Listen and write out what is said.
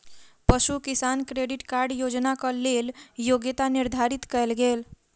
पशु किसान credit card योजनाक लेल योग्यता निर्धारित कयल गेल